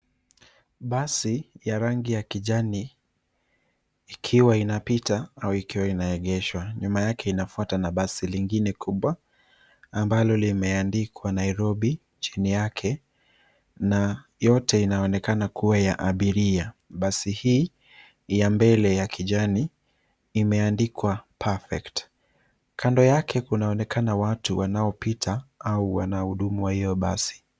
Basi ya rangi ya kijani ikiwa inapita au ikiwa inaeegeshwa. Nyuma yake inafuatwa na basi lingine kubwa, ambalo limeandikwa Nairobi chini yake, na yote inaonekana kuwa ya abiria. Basi hii yaa mbele ya kijani imeandikwa perfect . Kando yake kunaonekana watu wanaopita au wanaohudumu wa hiyo basi.